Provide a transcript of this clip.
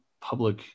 public